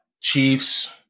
Chiefs